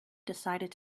decided